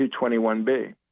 221B